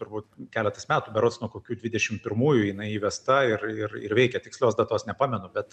turbūt keletas metų berods nuo kokių dvidešim pirmųjų jinai įvesta ir ir ir veikia tikslios datos nepamenu bet